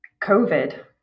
COVID